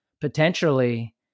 potentially